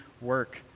work